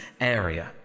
area